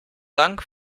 dank